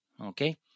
Okay